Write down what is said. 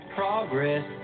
progress